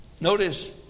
Notice